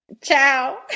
Ciao